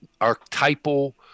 archetypal